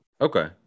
Okay